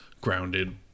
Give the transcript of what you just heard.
grounded